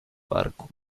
barco